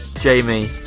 Jamie